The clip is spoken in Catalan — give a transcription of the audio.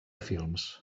films